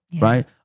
Right